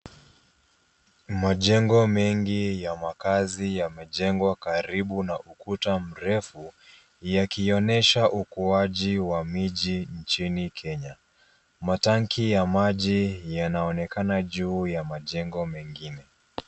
Majengo mengi ya makaazi yamejngwa karibu na ukuta mrefu yakionyesha ukuwaji wa miji nchini Kenya. Matanki ya maji yanaonekana juu ya majengo mengine.